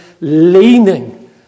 leaning